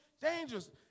dangerous